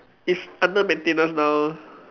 is under maintenance now